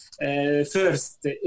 first